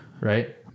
right